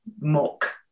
mock